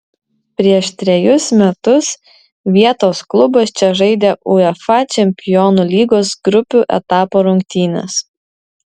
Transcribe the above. prieš trejus metus vietos klubas čia žaidė uefa čempionų lygos grupių etapo rungtynes